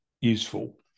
useful